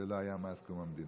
זה לא היה מאז קום המדינה.